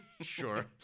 Sure